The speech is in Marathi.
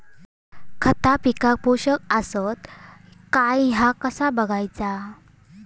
खता पिकाक पोषक आसत काय ह्या कसा बगायचा?